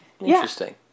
Interesting